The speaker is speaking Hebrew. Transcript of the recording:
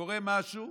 קורה משהו,